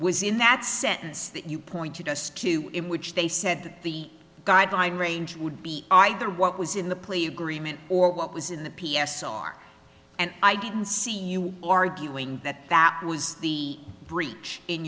was in that sentence that you pointed us to in which they said the guideline range would be either what was in the plea agreement or what was in the p s r and i didn't see you arguing that that was the breach in